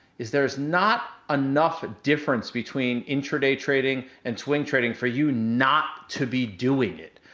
is there is not enough difference between intra-day trading and swing trading for you not to be doing it.